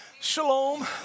Shalom